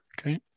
Okay